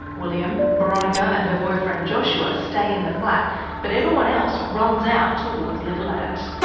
william, boronika and her boyfriend joshua stay in the flat but everyone else runs out towards liquorland.